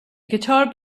guitar